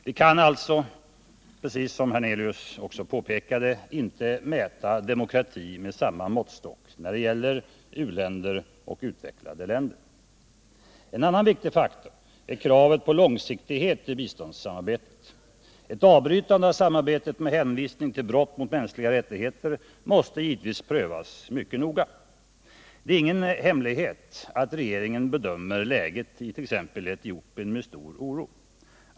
Vi kan alltså inte, precis som herr Hernelius också påpekade, mäta demokrati med samma måttstock när det gäller uländer och utvecklade länder. En annan viktig faktor är kravet på långsiktighet i biståndssamarbetet. Ett avbrytande av samarbetet med hänvisning till brott mot mänskliga rättigheter måste givetvis prövas mycket noga. Det är ingen hemlighet att regeringen betraktar läget i t.ex. Etiopien med stor oro.